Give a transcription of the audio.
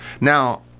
Now